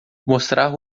mostrar